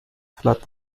flood